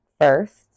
first